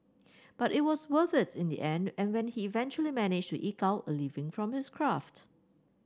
but it was worth it in the end when he eventually managed to eke out a living from his craft